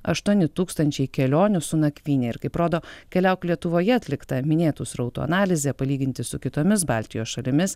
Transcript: aštuoni tūkstančiai kelionių su nakvyne ir kaip rodo keliauk lietuvoje atlikta minėtų srautų analizė palyginti su kitomis baltijos šalimis